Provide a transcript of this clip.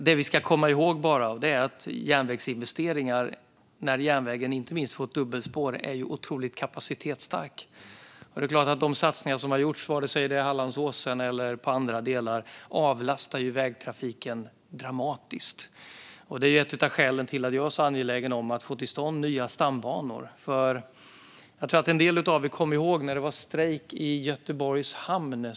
Det vi ska komma ihåg när det gäller järnvägsinvesteringar är att järnvägen, inte minst när den har fått dubbelspår, är otroligt kapacitetsstark. De satsningar som har gjorts, oavsett om det är Hallandsåsen eller andra delar, avlastar vägtrafiken dramatiskt. Det är ett av skälen till att jag är så angelägen om att få till stånd nya stambanor. Jag tror att en del av er kommer ihåg när det var strejk i Göteborgs hamn.